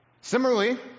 Similarly